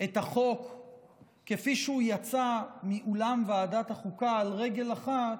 את החוק כפי שהוא יצא מאולם ועדת החוקה על רגל אחת,